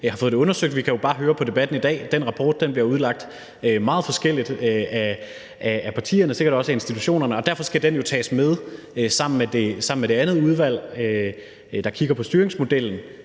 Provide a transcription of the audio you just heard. nu har fået det undersøgt. Vi kan jo bare høre på debatten i dag, at den rapport bliver udlagt meget forskelligt af partierne, sikkert også af institutionerne, og derfor skal den jo tages med sammen med det andet udvalg, der kigger på styringsmodellen,